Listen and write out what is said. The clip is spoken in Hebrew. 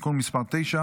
נתקבל.